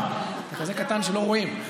אתה כזה קטן שלא רואים.